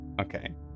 Okay